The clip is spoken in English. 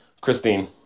Christine